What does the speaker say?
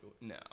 No